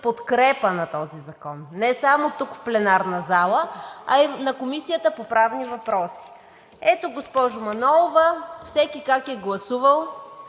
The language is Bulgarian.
подкрепа на този закон. Не само тук, в пленарната зала, а и на Комисията по правни въпроси. Ето, госпожо Манолова, всеки как е гласувал.